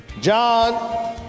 John